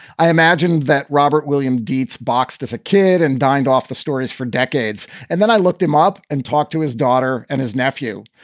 i imagine that robert william deetz boxed as a kid and died off the stories for decades. and then i looked him up and talked to his daughter and his nephew.